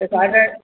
त साढा